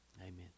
Amen